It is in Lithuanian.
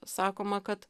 sakoma kad